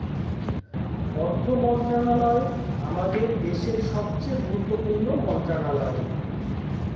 অর্থ মন্ত্রণালয় আমাদের দেশের সবচেয়ে গুরুত্বপূর্ণ মন্ত্রণালয়